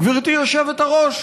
גברתי יושבת-הראש.